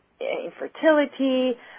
infertility